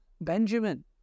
Benjamin